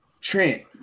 Trent